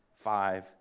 five